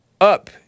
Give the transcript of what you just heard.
Up